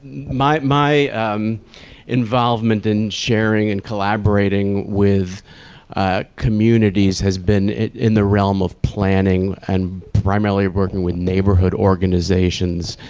my involvement in sharing and collaborating with communities has been in the realm of planning and primarily of working with neighborhood organizations,